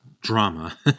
drama